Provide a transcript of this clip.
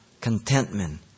contentment